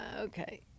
Okay